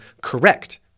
correct